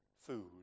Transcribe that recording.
food